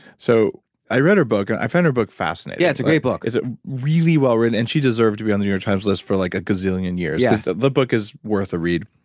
so i read her book and i found her book fascinating yeah, it's a great book it's ah really well written, and she deserved to be on the new york times list for like a gazillion years because the the book is worth a read.